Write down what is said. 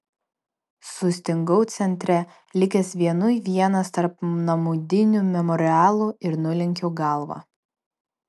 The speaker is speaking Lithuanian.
sustingau centre likęs vienui vienas tarp namudinių memorialų ir nulenkiau galvą